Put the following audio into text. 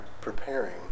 preparing